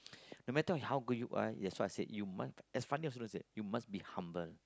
no matter how good you are that's what said you must as Fandi and Sundram said you must be humble